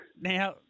Now